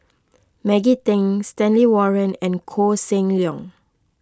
Maggie Teng Stanley Warren and Koh Seng Leong